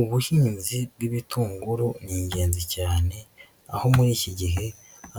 Ubuhinzi bw'ibitunguru ni ingenzi cyane, aho muri iki gihe